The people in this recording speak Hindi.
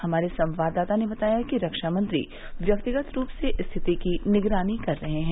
हमारे संवाददाता ने बताया है कि रक्षामंत्री व्यक्तिगत रूप से स्थिति की निगरानी कर रहे हैं